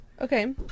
Okay